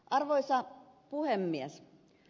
arvoisa puhemies